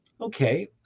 Okay